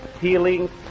healing